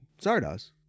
Zardoz